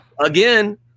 again